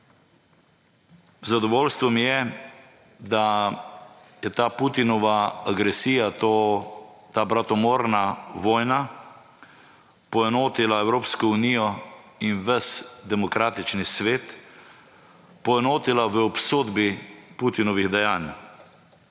zadovoljstvo mi je, da je ta Putinova agresija, ta bratomorna vojna poenotila Evropsko unijo in ves demokratičen svet, poenotila v obsodbi Putinovih dejanj.